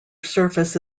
surface